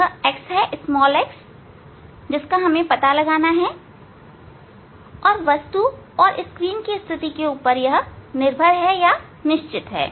यह x है जिसका हमें पता लगाना है और वस्तु और स्क्रीन की स्थिति स्थिर है या निश्चित है